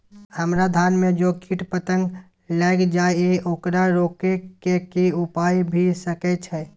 हमरा धान में जे कीट पतंग लैग जाय ये ओकरा रोके के कि उपाय भी सके छै?